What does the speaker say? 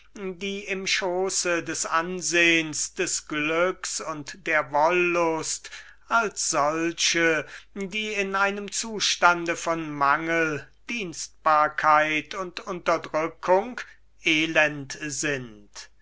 die im schoße des ansehens des glücks und der wollust als solche die in einem zustande von mangel dienstbarkeit und unterdrückung elend sind